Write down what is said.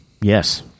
Yes